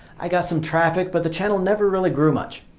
i got some traffic but the channel never really grew much.